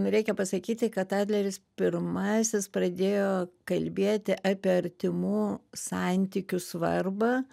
reikia pasakyti kad adleris pirmasis pradėjo kalbėti apie artimų santykių svarbą